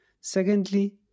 Secondly